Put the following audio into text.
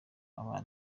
aba